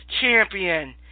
Champion